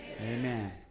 Amen